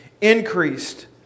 increased